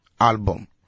album